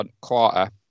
quarter